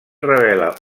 revela